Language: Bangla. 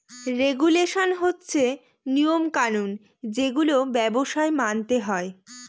রেগুলেশন হচ্ছে নিয়ম কানুন যেগুলো ব্যবসায় মানতে হয়